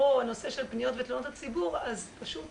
עם הנושא של פניות ותלונות הציבור אז פשוט